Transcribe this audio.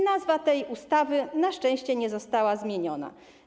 Nazwa tej ustawy na szczęście nie została zmieniona.